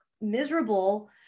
miserable